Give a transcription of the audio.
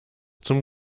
zum